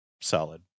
solid